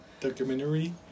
Documentary